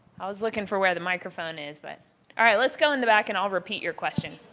i was looking for where the microphone is. but alright, let's go in the back and i'll repeat your question.